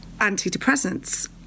antidepressants